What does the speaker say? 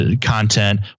content